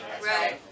Right